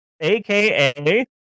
AKA